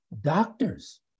doctors